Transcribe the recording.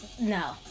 no